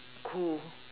cool